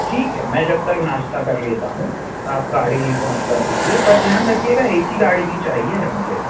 ठीक है मैं जब तक नाश्ता कर लेता हूँ आप गाड़ी पहुँचवा दीजिए पर ध्यान रखिएगा कि ए सी गाड़ी ही चाहिए मुझे